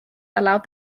allowed